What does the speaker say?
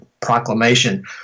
proclamation